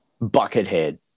Buckethead